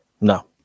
No